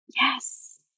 Yes